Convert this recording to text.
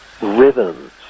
rhythms